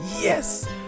Yes